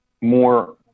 more